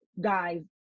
guys